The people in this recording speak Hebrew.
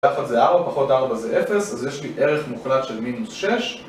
1-4-4 זה 0, אז יש לי ערך מוחלט של מינוס 6